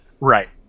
Right